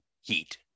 heat